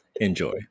enjoy